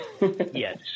yes